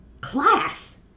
class